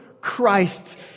Christ